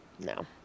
No